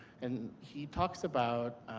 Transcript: and he talks about